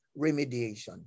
remediation